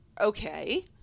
Okay